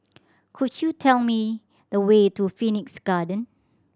could you tell me the way to Phoenix Garden